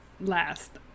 last